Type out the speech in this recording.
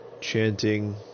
chanting